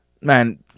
Man